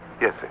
Yes